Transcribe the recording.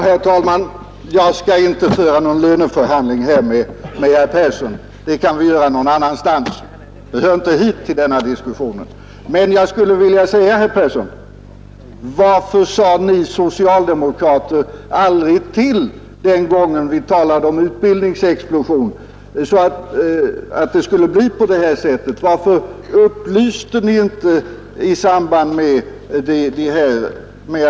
Herr talman! Jag skall inte föra någon löneförhandling här med herr Persson i Stockholm. Det kan vi göra någon annanstans. Det hör inte hemma i denna diskussion. Men jag vill fråga herr Persson: När vi talade om utbildningsexplosionen, varför sade ni socialdemokrater då aldrig att det kunde bli så som det nu har blivit?